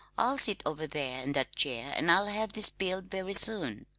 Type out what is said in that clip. i'll sit over there in that chair, and i'll have these peeled very soon.